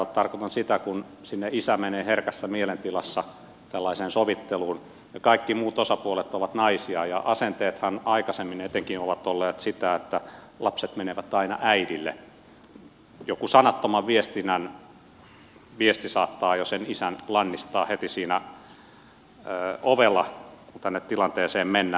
tarkoitan sitä että kun isä menee herkässä mielentilassa tällaiseen sovitteluun ja kaikki muut osapuolet ovat naisia ja asenteethan aikaisemmin etenkin ovat olleet sitä että lapset menevät aina äidille niin joku sanaton viesti saattaa jo sen isän lannistaa heti siinä ovella kun tänne tilanteeseen mennään